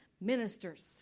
ministers